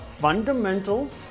fundamentals